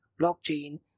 blockchain